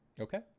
okay